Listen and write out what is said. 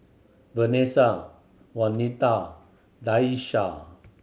Vanesa Waneta Daisha